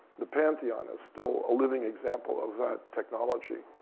the pantheon is still a living example of that technology.